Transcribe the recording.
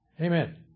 Amen